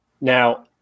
Now